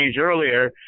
earlier